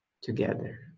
together